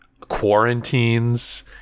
quarantines